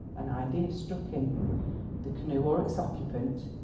an idea struck him the canoe or its occupant,